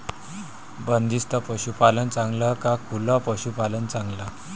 बंदिस्त पशूपालन चांगलं का खुलं पशूपालन चांगलं?